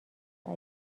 اگه